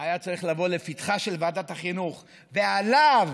היה צריך לבוא לפתחה של ועדת החינוך ועליו